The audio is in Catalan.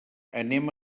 anem